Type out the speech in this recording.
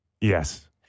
Yes